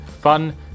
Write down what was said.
Fun